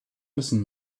müssen